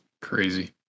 Crazy